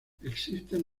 existen